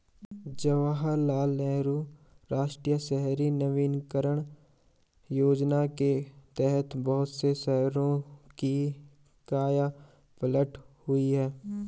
जवाहरलाल नेहरू राष्ट्रीय शहरी नवीकरण योजना के तहत बहुत से शहरों की काया पलट हुई है